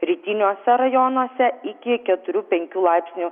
rytiniuose rajonuose iki keturių penkių laipsnių